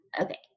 Okay